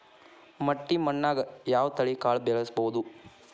ಮಟ್ಟಿ ಮಣ್ಣಾಗ್, ಯಾವ ತಳಿ ಕಾಳ ಬೆಳ್ಸಬೋದು?